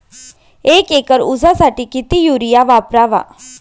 एक एकर ऊसासाठी किती युरिया वापरावा?